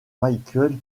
michael